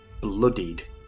bloodied